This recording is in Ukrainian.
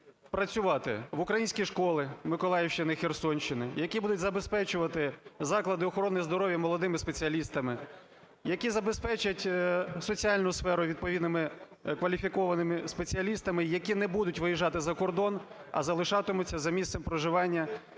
працювати в українські школи Миколаївщини і Херсонщини, які будуть забезпечувати заклади охорони здоров'я молодими спеціалістами, які забезпечать соціальну сферу відповідними кваліфікованими спеціалістами, які не будуть виїжджати за кордон, а залишатимуться за місцем проживання, де вони